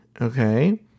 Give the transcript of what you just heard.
Okay